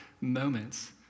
moments